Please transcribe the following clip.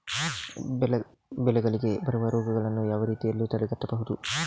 ಬೆಳೆಗಳಿಗೆ ಬರುವ ರೋಗಗಳನ್ನು ಯಾವ ರೀತಿಯಲ್ಲಿ ತಡೆಗಟ್ಟಬಹುದು?